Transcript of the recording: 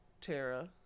tara